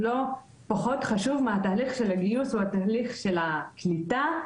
לא פחות חשוב מתהליך הגיוס ותהליך הקליטה.